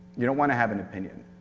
you don't want to have an opinion.